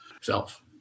self